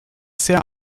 sehr